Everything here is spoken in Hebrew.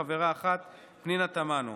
חברה אחת: פנינה תמנו,